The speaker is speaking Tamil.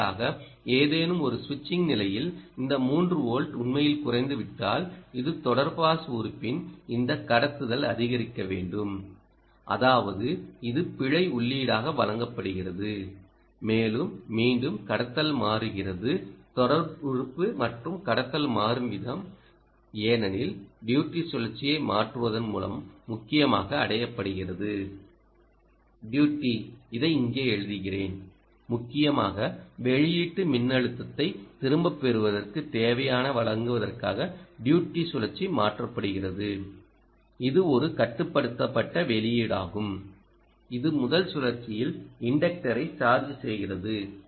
தற்செயலாக ஏதேனும் ஒரு சுவிட்சிங் நிலையில் இந்த 3 வோல்ட் உண்மையில் குறைந்துவிட்டால் இந்த தொடர் பாஸ் உறுப்பின் இந்த கடத்துதல் அதிகரிக்க வேண்டும் அதாவது இது பிழை உள்ளீடாக வழங்கப்படுகிறது மேலும் மீண்டும் கடத்தல் மாறுகிறது தொடர் உறுப்பு மற்றும் கடத்தல் மாறும் விதம் ஏனெனில்டியூடி சுழற்சியை மாற்றுவதன் மூலம் முக்கியமாக அடையப்படுகிறது டியூடி இதை இங்கே எழுதுகிறேன் முக்கியமாக வெளியீட்டு மின்னழுத்தத்தை திரும்பப் பெறுவதற்கு தேவையானதை வழங்குவதற்காக டியூடி சுழற்சி மாற்றப்படுகிறது இது ஒரு கட்டுப்படுத்தப்பட்ட வெளியீடாகும் இது முதல் சுழற்சியில் இன்டக்டரைச் சார்ஜ் செய்கிறது